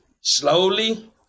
Slowly